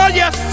yes